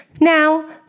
Now